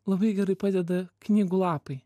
labai gerai padeda knygų lapai